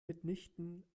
mitnichten